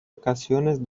ocasiones